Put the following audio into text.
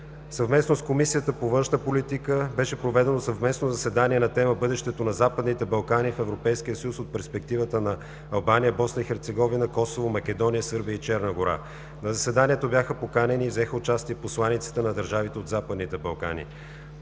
Съвместно с Комисията по външна политика беше проведено съвместно заседание на тема: „Бъдещето на Западните Балкани в Европейския съюз от перспективата на Албания, Босна и Херцеговина, Косово, Македония, Сърбия и Черна гора.“ На заседанието бяха поканени и взеха участие посланиците на държавите от Западните Балкани.